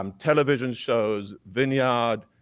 um television shows, vineyard,